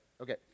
Okay